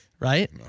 Right